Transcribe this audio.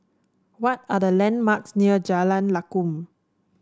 what are the landmarks near Jalan Lakum